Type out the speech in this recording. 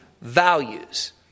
values